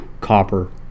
Copper